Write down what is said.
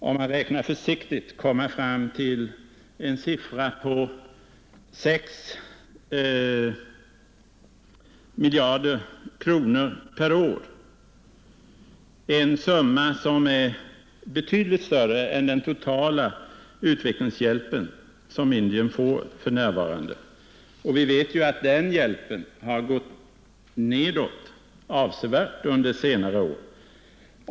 Om man räknar försiktigt kan man komma fram till en siffra på 6 miljarder kronor per år, en summa som är betydligt större än den totala utvecklingshjälp som Indien för närvarande får. Vi vet att den hjälpen minskat avsevärt under senare år.